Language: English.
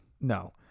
No